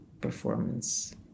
performance